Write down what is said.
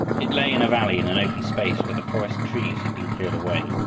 it lay in a valley in an open space where the forest trees had been cleared away.